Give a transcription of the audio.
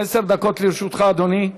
עשר דקות לרשותך, אדוני.